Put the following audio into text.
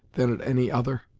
than at any other.